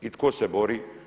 I tko se bori?